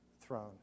throne